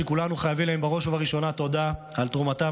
שכולנו חייבים להם בראש ובראשונה תודה על תרומתם